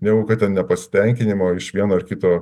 negu kad ten nepasitenkinimo iš vieno ar kito